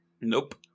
Nope